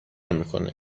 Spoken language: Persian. میکنه